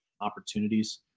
opportunities